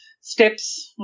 steps